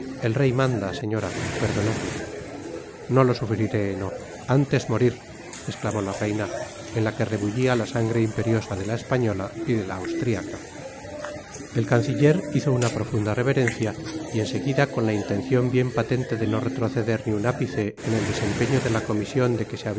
el rey manda señora perdonadme no lo sufriré no antes morir esclamó la reina en la que rebullia la sangre imperiosa de la española y de la austriaca el canciller hizo una profunda reverencia y en seguida con la intencion bien patente de no retroceder ni un ápice en el desempeño de la comision de que